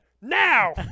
Now